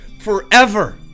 forever